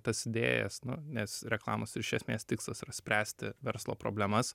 tas idėjas nu nes reklamos ir iš esmės tikslas yra spręsti verslo problemas